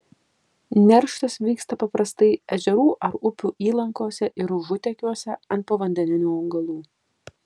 nerštas vyksta paprastai ežerų ar upių įlankose ir užutekiuose ant povandeninių augalų